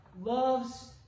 loves